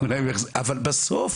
אבל בסוף